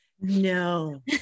No